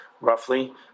roughly